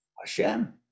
Hashem